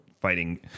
fighting